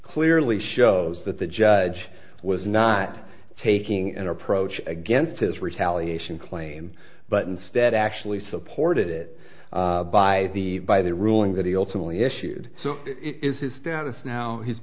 clearly shows that the judge was not taking an approach against his retaliation claim but instead actually supported it by the by the ruling that he ultimately issued is his status now h